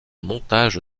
montage